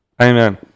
Amen